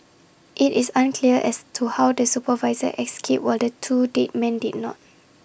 IT is unclear as to how the supervisor escaped while the two dead men did not